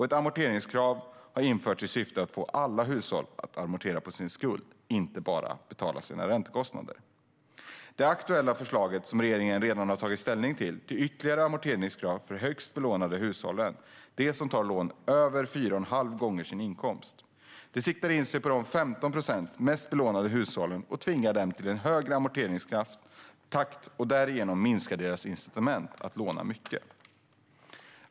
Ett amorteringskrav har införts i syfte att få alla hushåll att amortera på sin skuld och inte bara betala sina räntekostnader. Det aktuella förslaget, som regeringen redan har tagit ställning till, är ytterligare ett amorteringskrav för de högst belånade hushållen - de som tar ett lån över fyra och en halv gånger sin inkomst. Förslaget siktar in sig på de 15 procent av hushållen som är mest belånade och tvingar dem till en högre amorteringstakt. Därigenom minskar deras incitament att låna mycket.